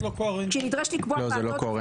כשהיא נדרשת לקבוע ועדות,